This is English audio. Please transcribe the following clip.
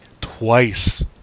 twice